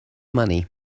money